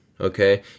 Okay